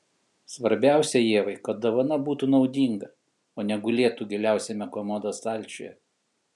svarbiausia ievai kad dovana būtų naudinga o ne gulėtų giliausiame komodos stalčiuje